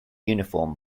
uniform